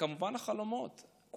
וכמובן החלומות,